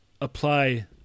apply